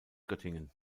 göttingen